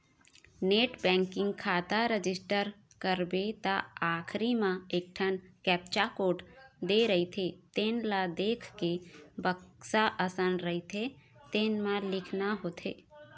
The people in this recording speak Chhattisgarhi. नेट बेंकिंग खाता रजिस्टर करबे त आखरी म एकठन कैप्चा कोड दे रहिथे तेन ल देखके बक्सा असन रहिथे तेन म लिखना होथे